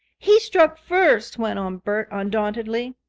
he struck first, went on bert undauntedly.